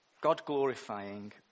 God-glorifying